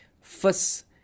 first